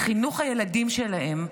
חינוך הילדים שלהם,